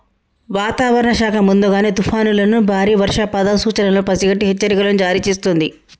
వాతావరణ శాఖ ముందుగానే తుఫానులను బారి వర్షపాత సూచనలను పసిగట్టి హెచ్చరికలను జారీ చేస్తుంది